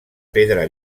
pedra